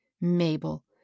Mabel